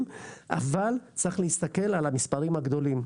אבל צריך להסתכל על המספרים הגדולים.